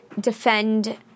defend